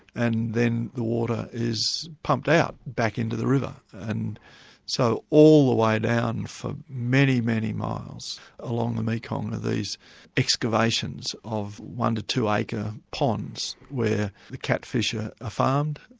and then the water is pumped out back into the river. and so all the way down, for many, many miles along the mekong are these excavations of one to two-acre like ah ponds where the catfish are ah farmed.